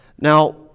Now